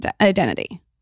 identity